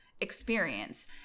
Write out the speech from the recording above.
experience